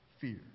fear